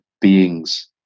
beings